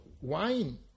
wine